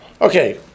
Okay